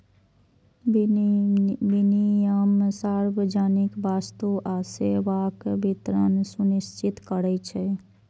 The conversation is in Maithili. विनियम सार्वजनिक वस्तु आ सेवाक वितरण सुनिश्चित करै छै